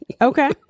okay